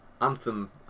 Anthem